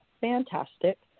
fantastic